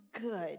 good